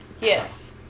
Yes